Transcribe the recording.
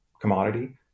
commodity